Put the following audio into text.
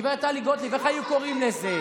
גב' טלי גוטליב, איך היו קוראים לזה?